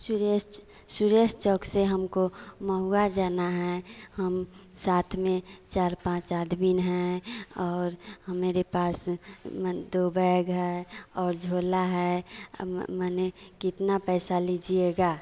सुरेश सुरेश चौक से हमको महुआ जाना है हम साथ में चार पाँच आदमी हैं और मेरे पास मन दो बैग है और झोला है म माने कितना पैसा लीजिएगा